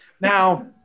Now